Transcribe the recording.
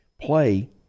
play